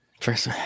first